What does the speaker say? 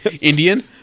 Indian